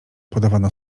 podawano